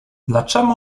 dlaczemu